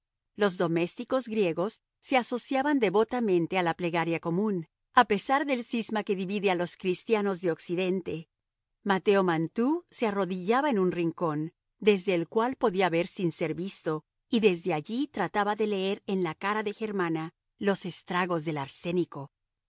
los domésticos griegos se asociaban devotamente a la plegaria común a pesar del cisma que divide a los cristianos de occidente mateo mantoux se arrodillaba en un rincón desde el cual podía ver sin ser visto y desde allí trataba de leer en la cara de germana los estragos del arsénico